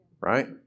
right